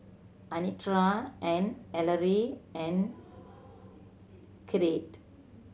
Anitra and Ellery and Crete